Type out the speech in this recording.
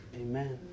amen